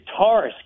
guitarist